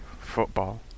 football